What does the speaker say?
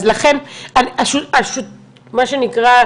אז לכן מה שנקרא,